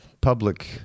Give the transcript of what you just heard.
public